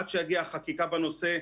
עד שתגיע החקיקה בנושא,